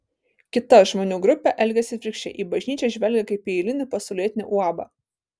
kita žmonių grupė elgiasi atvirkščiai į bažnyčią žvelgia kaip į eilinį pasaulietinį uabą